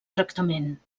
tractament